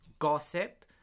gossip